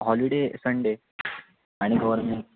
holiday Sunday आणि government